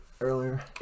earlier